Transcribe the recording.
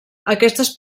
aquestes